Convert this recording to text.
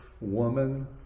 woman